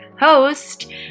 host